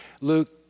Luke